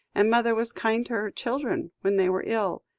and mother was kind to her children, when they were ill.